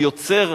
ליוצר,